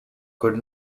could